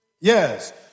Yes